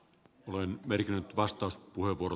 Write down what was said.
olen merkinnyt vastauspuheenvuoro